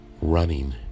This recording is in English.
running